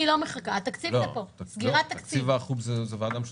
לא, תקציב ועחו"ב זו ועדה משותפת.